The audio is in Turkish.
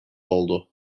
oldu